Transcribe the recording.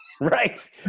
right